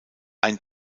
ein